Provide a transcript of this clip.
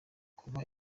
kuba